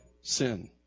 sin